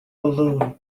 balloon